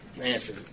answer